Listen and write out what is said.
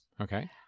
Okay